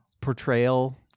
portrayal